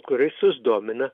kur visus domina